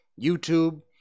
YouTube